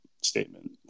statement